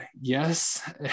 Yes